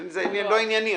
זה לא העניין שלי,